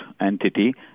entity